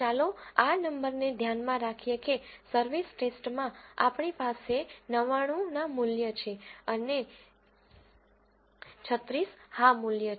ચાલો આ નંબરને ધ્યાનમાં રાખીએ કે સર્વિસ ટેસ્ટમાં આપણી પાસે 99 ના મૂલ્ય છે અને 36 હા મૂલ્ય છે